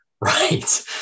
right